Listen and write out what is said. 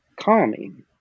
calming